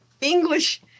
English